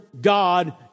God